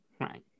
right